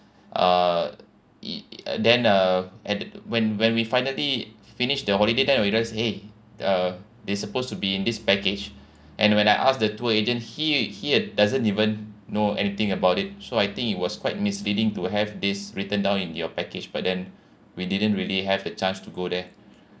uh it then uh at when when we finally finished the holiday then we realise !hey! uh they supposed to be in this package and when I ask the tour agent he he doesn't even know anything about it so I think it was quite misleading to have this written down in your package but then we didn't really have a chance to go there